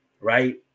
Right